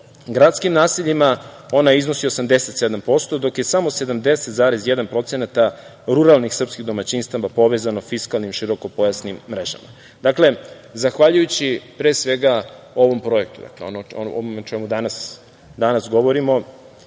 gradskim naseljima, ona iznosi 87%, dok je samo 70,1% ruralnih srpskih domaćinstava povezano fiskalnim širokopojasnim mrežama. Dakle, zahvaljujući pre svega ovom projektu, dakle ovome o čemu danas govorimo,